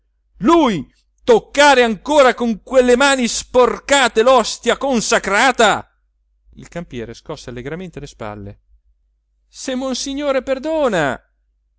lui toccare ancora con quelle mani sporcate l'ostia consacrata il campiere scosse allegramente le spalle se monsignore perdona